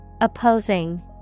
Opposing